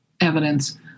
evidence